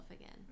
again